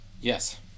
yes